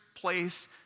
place